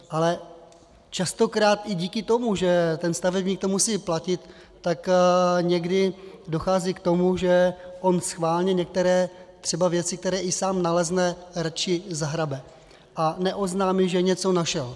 Ale častokrát i díky tomu, že to stavebník musí platit, tak někdy dochází k tomu, že on schválně některé třeba věci, které i sám nalezne, radši zahrabe a neoznámí, že něco našel.